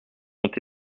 ont